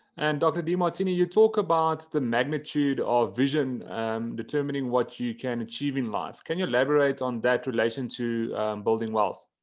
and dr. demartini. you talk about the magnitude of vision determining what you can achieve in life. can you elaborate on that relation to building wealth?